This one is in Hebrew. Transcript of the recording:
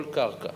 כל קרקע